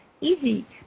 easy